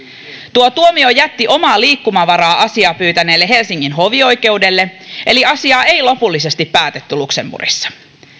tuo tuomio jätti omaa liikkumavaraa asiaa pyytäneelle helsingin hovioikeudelle eli asiaa ei lopullisesti päätetty luxemburgissa